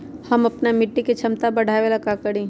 हम अपना मिट्टी के झमता बढ़ाबे ला का करी?